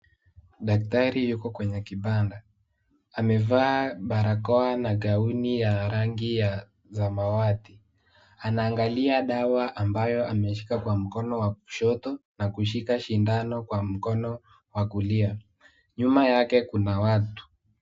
Daktari yuko kwenye kibanda amevaa barakoa na gauni ya rangi ya samawati anaangalia dawa ambayo ameshika kwa mkono wa kushoto na kushika sindano kwa mkono wa kulia nyuma yake kuna watu .